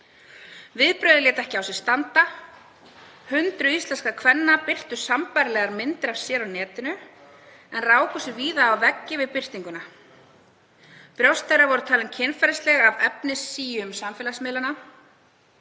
Viðbrögðin létu ekki á sér standa, hundruð íslenskra kvenna birtu sambærilegar myndir af sér á netinu en rákust víða á veggi við birtinguna. Brjóst þeirra voru talin kynferðisleg af efnissíum samfélagsmiðlanna